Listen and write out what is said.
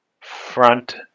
front